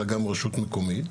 אלא גם רשות מקומית.